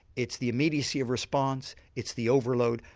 it's the immediacy of response, it's the overload,